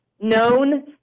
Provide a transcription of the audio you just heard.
known